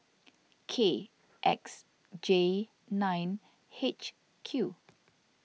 K X J nine H Q